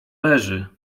leży